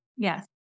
Yes